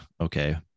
okay